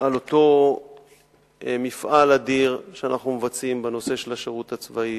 על אותו מפעל אדיר שאנחנו מבצעים בנושא של השירות הצבאי,